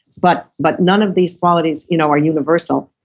but but none of these qualities you know are universal,